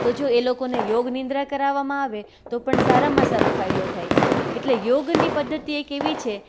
તો જો એ લોકોને યોગનિંદ્રા કરાવામાં આવે તો પણ સારામાં સારો ફાયદો થાય છે એટલે યોગની પદ્ધતિ એક એવી છે